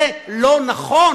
זה לא נכון.